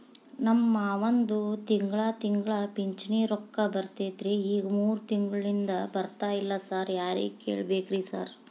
ನಮ್ ಮಾವಂದು ತಿಂಗಳಾ ತಿಂಗಳಾ ಪಿಂಚಿಣಿ ರೊಕ್ಕ ಬರ್ತಿತ್ರಿ ಈಗ ಮೂರ್ ತಿಂಗ್ಳನಿಂದ ಬರ್ತಾ ಇಲ್ಲ ಸಾರ್ ಯಾರಿಗ್ ಕೇಳ್ಬೇಕ್ರಿ ಸಾರ್?